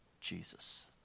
Jesus